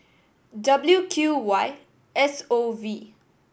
W Q Y S O V